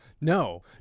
No